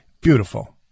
beautiful